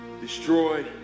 destroyed